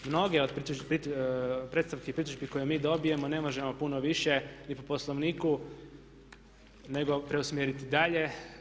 Mnoge od predstavki i pritužbi koje mi dobijemo, ne možemo puno više, ni po poslovniku nego preusmjeriti dalje.